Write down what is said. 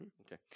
Okay